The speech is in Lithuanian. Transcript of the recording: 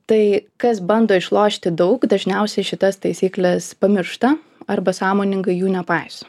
tai kas bando išlošti daug dažniausiai šitas taisykles pamiršta arba sąmoningai jų nepaiso